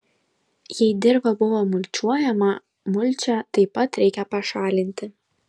jei dirva buvo mulčiuojama mulčią taip pat reikia pašalinti